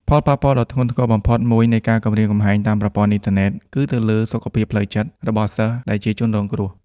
ផលប៉ះពាល់ដ៏ធ្ងន់ធ្ងរបំផុតមួយនៃការគំរាមកំហែងតាមប្រព័ន្ធអ៊ីនធឺណិតគឺទៅលើ សុខភាពផ្លូវចិត្ត របស់សិស្សដែលជាជនរងគ្រោះ។